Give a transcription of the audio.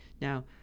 now